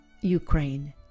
Ukraine